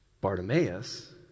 Bartimaeus